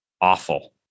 awful